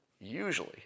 Usually